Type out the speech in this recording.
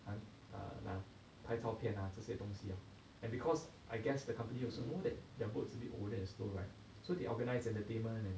and err um 拍照片啊这些东西啊 and because I guess the company also know that their boats a bit older and slow right so they organize entertainment and